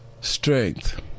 strength